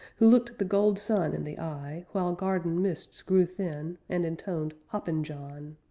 who looked the gold sun in the eye while garden mists grew thin, and intoned hoppin' john!